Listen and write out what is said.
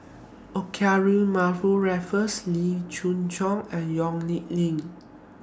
Olivia Mariamne Raffles Wee Chong Jin and Yong Nyuk Lin